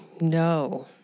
No